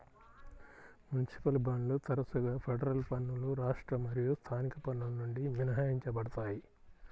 municipal బాండ్లు తరచుగా federal పన్నులు రాష్ట్ర మరియు స్థానిక పన్నుల నుండి మినహాయించబడతాయి